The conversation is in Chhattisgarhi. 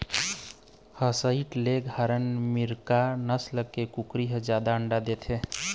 व्हसइट लेग हारन, मिनार्का नसल के कुकरी ह जादा अंडा देथे